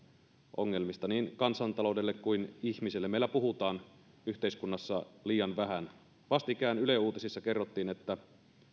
ongelmista niin kansantaloudelle kuin ihmisille meillä puhutaan yhteiskunnassa liian vähän vastikään yle uutisissa kerrottiin että